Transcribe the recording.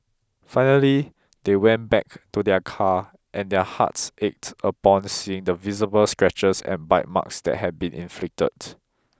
finally they went back to their car and their hearts ached upon seeing the visible scratches and bite marks that had been inflicted